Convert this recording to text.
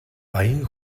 баян